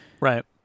Right